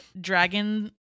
dragon